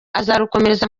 azarukomereza